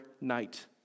night